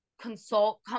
consult